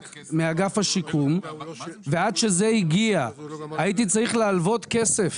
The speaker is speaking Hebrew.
מאגף השיקום ועד שזה הגיע הייתי צריך ללוות כסף